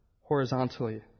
horizontally